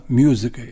music